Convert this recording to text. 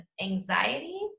anxiety